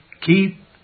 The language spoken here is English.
keep